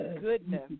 goodness